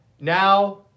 Now